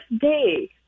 day